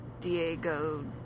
Diego